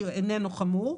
שאיננו חמור.